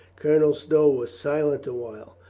colonel stow was silent a while.